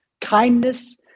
kindness